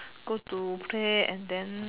go to bed and then